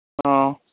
ꯑꯣ